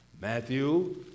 Matthew